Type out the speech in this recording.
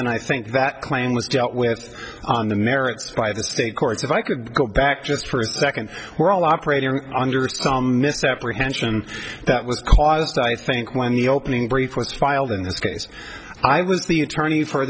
and i think that claim was dealt with on the merits by the state courts if i could go back just for a second we're all operating under a misapprehension that was caused i think when the opening brief was filed in this case i was the attorney for